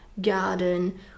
Garden